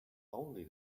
only